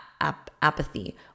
apathy